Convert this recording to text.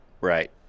Right